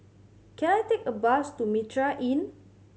can I take a bus to Mitraa Inn